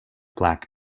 black